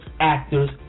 Actors